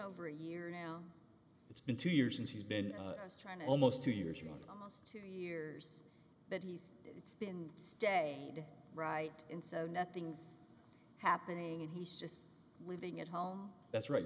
over a year now it's been two years since he's been trying to almost two years and two years that he's been day right in so nothing's happening and he's just living at home that's right